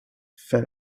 felt